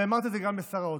ואמרתי את זה גם לשר האוצר,